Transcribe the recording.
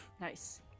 Nice